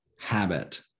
habit